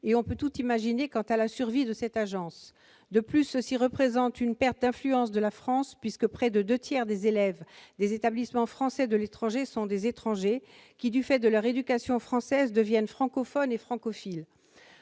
et l'on peut tout imaginer quant à la survie de cette agence. De plus, cela représente une perte d'influence de la France, puisque près des deux tiers des élèves des établissements français de l'étranger sont des étrangers qui, du fait de leur éducation française, deviennent francophones et francophiles.